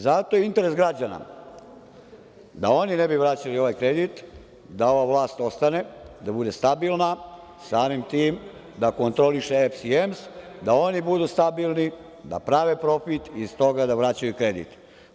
Zato je interes građana da oni ne bi vraćali ovaj kredit, da ova vlast ostane, da bude stabilna, samim tim da kontroliše EPS i EMS, da oni budu stabilni, da prave profit i iz toga da vraćaju kredit.